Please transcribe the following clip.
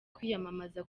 kwiyamamaza